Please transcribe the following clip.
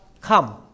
come